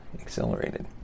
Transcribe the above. accelerated